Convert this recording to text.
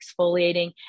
exfoliating